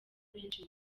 benshi